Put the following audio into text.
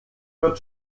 wird